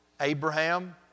Abraham